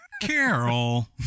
Carol